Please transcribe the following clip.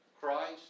Christ